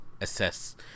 assess